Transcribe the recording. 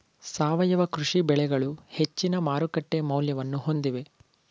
ಸಾವಯವ ಕೃಷಿ ಬೆಳೆಗಳು ಹೆಚ್ಚಿನ ಮಾರುಕಟ್ಟೆ ಮೌಲ್ಯವನ್ನು ಹೊಂದಿವೆ